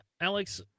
alex